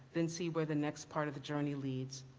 then see where the next part of the journey leads.